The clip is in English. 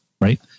right